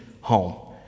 home